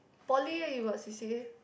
poly you got C_C_A